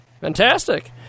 Fantastic